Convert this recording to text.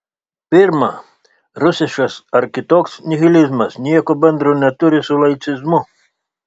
pirma rusiškas ar kitoks nihilizmas nieko bendro neturi su laicizmu